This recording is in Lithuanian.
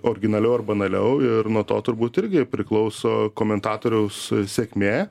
orginaliau ar banaliau ir nuo to turbūt irgi priklauso komentatoriaus sėkmė